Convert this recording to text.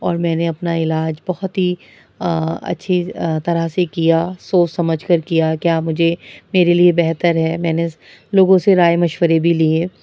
اور میں نے اپنا علاج بہت ہی اچھی طرح سے کیا سوچ سمجھ کر کیا کیا مجھے میرے لیے بہتر ہے میں نے لوگوں سے رائے مشورے بھی لیے